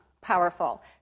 powerful